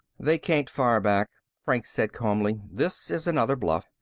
they can't fire back, franks said calmly. this is another bluff.